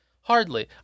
Hardly